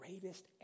greatest